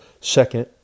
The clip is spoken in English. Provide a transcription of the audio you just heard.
Second